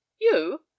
You